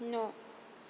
न'